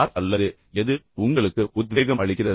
யார் அல்லது எது உங்களுக்கு உத்வேகம் அளிக்கிறது